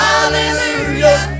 Hallelujah